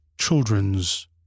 children's